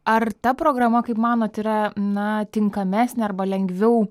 ar ta programa kaip manot yra na tinkamesnė arba lengviau